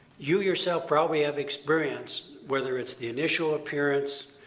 you, yourself, probably have experienced, whether it's initial appearance,